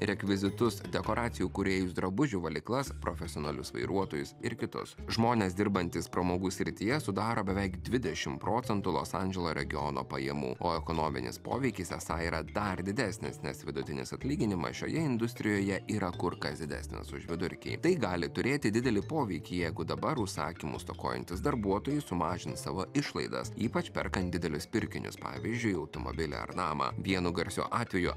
rekvizitus dekoracijų kūrėjus drabužių valyklas profesionalius vairuotojus ir kitus žmonės dirbantys pramogų srityje sudaro beveik dvidešim procentų los andželo regiono pajamų o ekonominis poveikis esą yra dar didesnis nes vidutinis atlyginimas šioje industrijoje yra kur kas didesnis už vidurkį tai gali turėti didelį poveikį jeigu dabar užsakymų stokojantys darbuotojai sumažin savo išlaidas ypač perkant didelius pirkinius pavyzdžiui automobilį ar namą vienu garsiu atveju